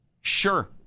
sure